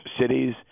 cities